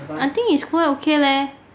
think is quite okay leh